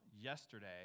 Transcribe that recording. yesterday